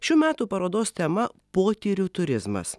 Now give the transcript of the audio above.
šių metų parodos tema potyrių turizmas